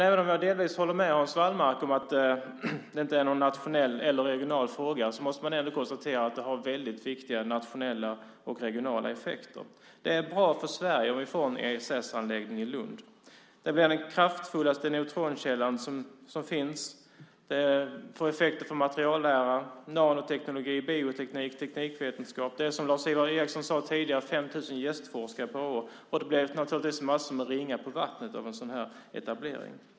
Även om jag delvis håller med Hans Wallmark om att det inte är någon nationell eller regional fråga måste man ändå konstatera att det har väldigt viktiga nationella och regionala effekter. Det är bra för Sverige om vi får en ESS-anläggning i Lund. Det blir den mest kraftfulla neutronkällan som finns. Det får effekter för materiallära, nanoteknologi, bioteknik, teknikvetenskap. Det handlar om, som Lars-Ivar Ericson sade, 5 000 gästforskare per år, och det blir naturligtvis massor med ringar på vattnet av en sådan etablering.